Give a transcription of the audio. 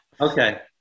Okay